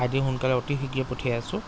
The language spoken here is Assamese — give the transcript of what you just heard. আই ডি সোনকালে অতি শীঘ্ৰেই পঠিয়াই আছোঁ